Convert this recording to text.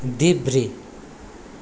देब्रे